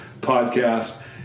podcast